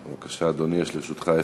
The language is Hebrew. לרשותך,